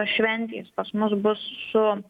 šventės pas mus bus su